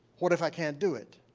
what if i can't do it.